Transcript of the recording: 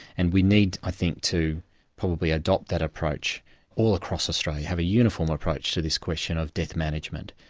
and we need, i think, to probably adopt that approach all across australia, have a uniform approach to this question of death management.